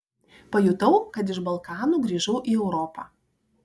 pajutau kad iš balkanų grįžau į europą